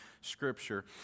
scripture